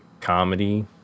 comedy